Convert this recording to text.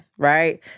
right